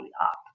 up